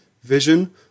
vision